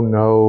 no